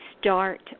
start